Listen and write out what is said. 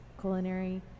culinary